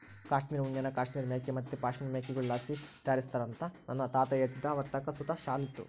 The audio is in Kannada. ಕಾಶ್ಮೀರ್ ಉಣ್ಣೆನ ಕಾಶ್ಮೀರ್ ಮೇಕೆ ಮತ್ತೆ ಪಶ್ಮಿನಾ ಮೇಕೆಗುಳ್ಳಾಸಿ ತಯಾರಿಸ್ತಾರಂತ ನನ್ನ ತಾತ ಹೇಳ್ತಿದ್ದ ಅವರತಾಕ ಸುತ ಶಾಲು ಇತ್ತು